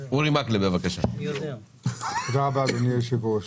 ותודה על זה שדאגתם לפריסה,